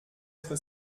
être